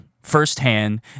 firsthand